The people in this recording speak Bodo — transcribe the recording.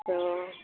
अ